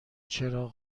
چراغ